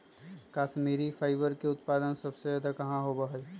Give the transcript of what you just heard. Kashmiri fibre के उत्पादन सबसे ज्यादा कहाँ होबा हई?